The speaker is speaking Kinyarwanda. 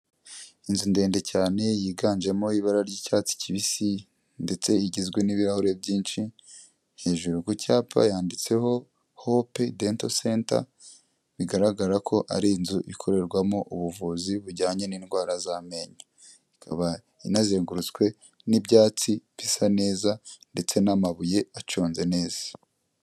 Inzu ndende cyane yiganjemo ibara ry'icyatsi kibisi, ndetse igizwe n'ibirahure byinshi, hejuru ku cyapa yanditseho: Hope dental center, bigaragara ko ari inzu ikorerwamo ubuvuzi bujyanye n'indwara z'amenyo, ikaba inazengurutswe n'ibyatsi bisa neza ndetse n'amabuye aconze neza.